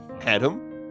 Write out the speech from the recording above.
Adam